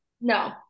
No